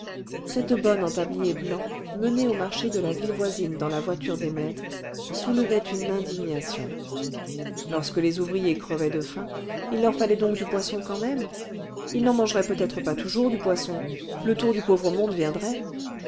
cette bonne en tablier blanc menée au marché de la ville voisine dans la voiture des maîtres soulevait une indignation lorsque les ouvriers crevaient de faim il leur fallait donc du poisson quand même ils n'en mangeraient peut-être pas toujours du poisson le tour du pauvre monde viendrait